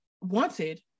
wanted